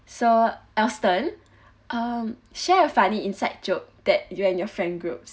so aston um share a funny inside joke that you and your friend groups